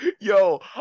yo